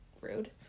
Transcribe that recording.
rude